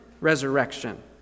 Resurrection